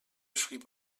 schrieb